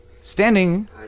standing